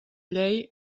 llei